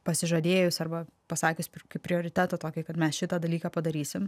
pasižadėjus arba pasakius per kaip prioritetą tokį kad mes šitą dalyką padarysim